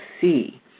see